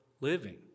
living